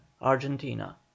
Argentina